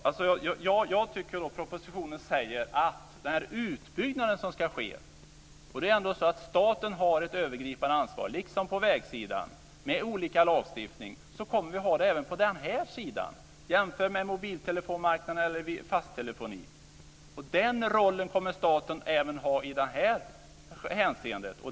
Fru talman! Jag tycker att propositionen säger att i fråga om den utbyggnad som ska ske har staten ett övergripande ansvar via lagstiftning, liksom på vägsidan. Jämför med mobiltelefonmarknaden eller fasttelefoni. Den rollen kommer staten att ha även i det här hänseendet.